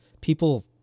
People